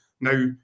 Now